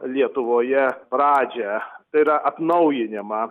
lietuvoje pradžią tai yra atnaujinimą